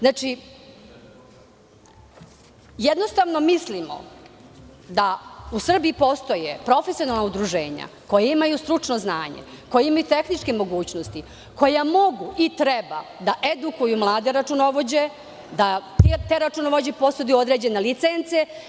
Znači, jednostavno mislimo da u Srbiji postoje profesionalna udruženja koja imaju stručno znanje, koja imaju tehničke mogućnosti, koja mogu i treba da edukuju mlade računovođe, da te računovođe poseduju određene licence.